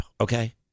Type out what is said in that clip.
okay